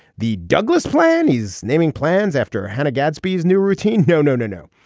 the douglas plan is naming plans after hannah gatsby's new routine. no no no no.